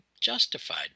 justified